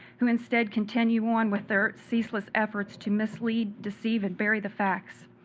who instead continue on with their ceaseless efforts to mislead, deceive, and bury the facts.